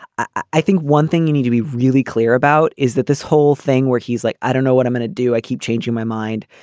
i think one thing you need to be really clear about is that this whole thing where he's like, i don't know what i'm going to do. i keep changing my mind.